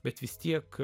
bet vis tiek